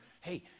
hey